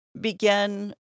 begin